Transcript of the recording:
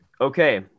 Okay